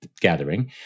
gathering